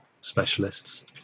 specialists